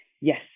Yes